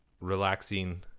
relaxing